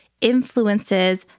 influences